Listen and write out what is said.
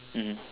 mmhmm